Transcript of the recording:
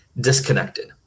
disconnected